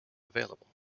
available